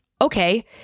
Okay